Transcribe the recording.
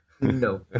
No